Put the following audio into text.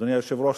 אדוני היושב-ראש,